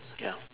ya